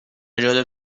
جالب